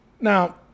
Now